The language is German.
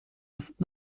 ist